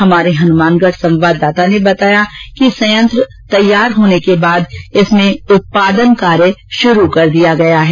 हमारे हनुमानगढ़ सवाददाता ने बताया कि संयत्र तैयार होने के बाद इसमें उत्पादन कार्य शुरू कर दिया गया है